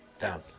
down